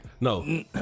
No